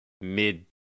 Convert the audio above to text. mid